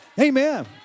Amen